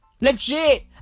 Legit